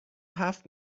هفت